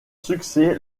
succès